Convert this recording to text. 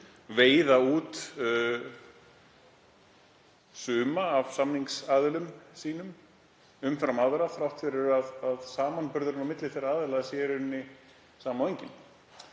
veiða út suma af samningsaðilum sínum umfram aðra þrátt fyrir að samanburðurinn milli þeirra aðila sé næstum enginn.